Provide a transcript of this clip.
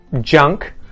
junk